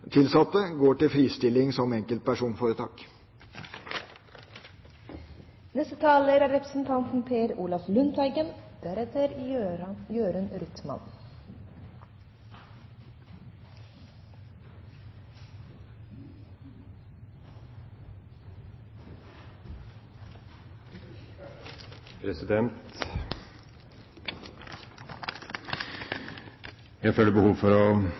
tilsatte, går til fristilling som enkeltpersonforetak. Jeg føler behov for å